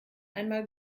einmal